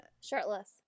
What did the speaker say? shirtless